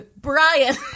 brian